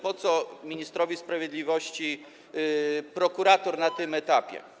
Po co ministrowi sprawiedliwości prokurator na tym etapie?